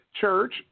Church